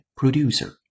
producer